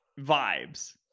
vibes